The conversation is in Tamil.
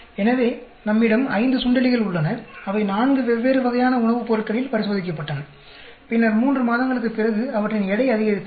எனவே நம்மிடம் ஐந்து சுண்டெலிகள் உள்ளன அவை நான்கு வெவ்வேறு வகையான உணவுப் பொருட்களில் பரிசோதிக்கப்பட்டன பின்னர் மூன்று மாதங்களுக்குப் பிறகு அவற்றின் எடை அதிகரித்தது